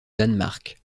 danemark